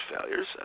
failures